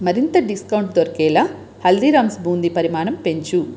మరింత డిస్కౌంట్ దొరికేలా హల్దీరామ్స్ బూందీ పరిమాణం పెంచుము